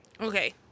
okay